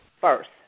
first